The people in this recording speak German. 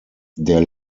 der